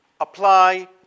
apply